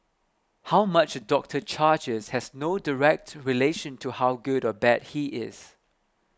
how much a doctor charges has no direct relation to how good or bad he is